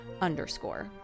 underscore